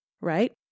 right